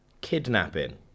Kidnapping